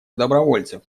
добровольцев